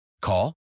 Call